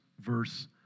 verse